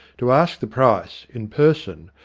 to ask the price, in person,